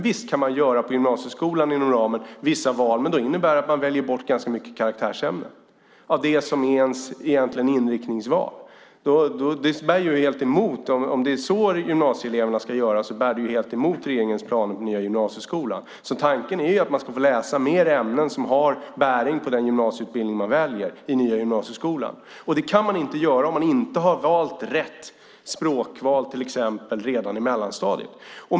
Visst kan man på gymnasieskolan göra vissa val, men det innebär att man väljer bort ganska många karaktärsämnen i det som är ens egentliga inriktningsval. Om det är så gymnasieeleverna ska göra går det helt emot regeringens planer på nya gymnasieskolan. Tanken är ju att man ska få läsa fler ämnen som har bäring på den gymnasieutbildning man väljer i nya gymnasieskolan. Det kan man inte göra om man inte har gjort rätt språkval till exempel redan i mellanstadiet.